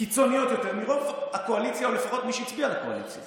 קיצוניות יותר מרוב הקואליציה או לפחות ממי שהצביע לקואליציה.